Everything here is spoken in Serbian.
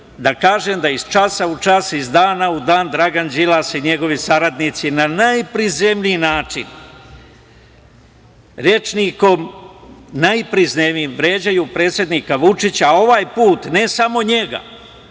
da kažem da iz časa u čas, iz dana u dan Dragan Đilas i njegovi saradnici na najprizemniji način, rečnikom najprizemnijim vređaju predsednika Vučića, a ovaj put ne samo njega,